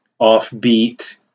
offbeat